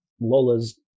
Lola's